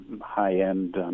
high-end